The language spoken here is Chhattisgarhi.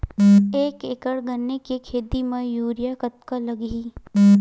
एक एकड़ गन्ने के खेती म यूरिया कतका लगही?